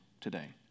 today